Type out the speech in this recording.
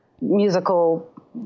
musical